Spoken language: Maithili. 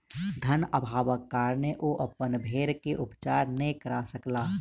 धन अभावक कारणेँ ओ अपन भेड़ के उपचार नै करा सकला